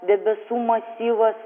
debesų masyvas